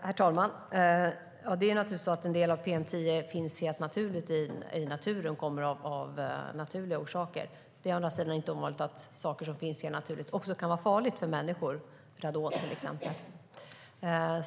Herr talman! Det är naturligtvis så att en del PM10 finns helt naturligt i världen och kommer sig av naturliga orsaker. Det är å andra sidan inte ovanligt att saker som finns naturligt också kan vara farligt för människor - radon, till exempel.